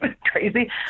crazy